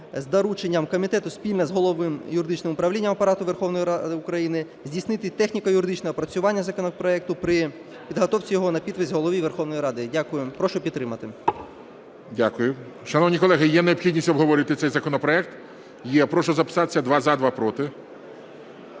з дорученням комітету спільно з Головним юридичним управлінням Апарату Верховної Ради України здійснити техніко-юридичне опрацювання законопроекту при підготовці його на підпис Голові Верховної Ради. Дякую. Прошу підтримати. ГОЛОВУЮЧИЙ. Дякую. Шановні колеги, є необхідність обговорювати цей законопроект? Є. Прошу записатися: два – за, два – проти.